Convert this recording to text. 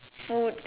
food